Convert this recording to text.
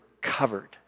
covered